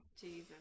jesus